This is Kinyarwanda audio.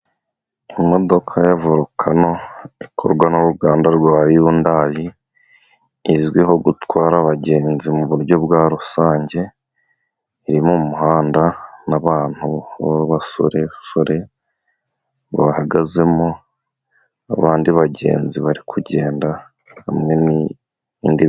Imodoka ya volukano ikorwa n'uruganda rwa Yundayi, izwiho gutwara abagenzi mu buryo bwa rusange. Iri mu muhanda n'abantu b'abasore sore bahagazemo n'abandi bagenzi bari kugenda hamwe n'indi...